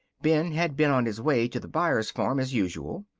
ben had been on his way to the byers farm, as usual.